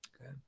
okay